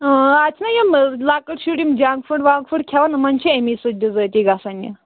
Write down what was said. اۭں از چھِ نا یِم لَوٚکٕٹۍ شُر یِم جَنٛک فُڑ وَنٛک فُڑ کھیٚوان یِمن چھُ اَمی سۭتۍ بِزٲتی گَژھان یہِ